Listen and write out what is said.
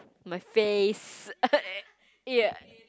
my face ya